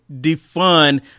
defund